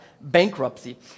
bankruptcy